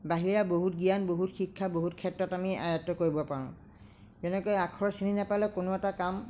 বাহিৰা বহুত জ্ঞান বহুত শিক্ষা বহুত ক্ষেত্ৰত আমি আয়ত্ত কৰিব পাৰোঁ যেনেকৈ আখৰ চিনি নাপালে কোনো এটা কাম